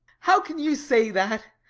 how can you say that!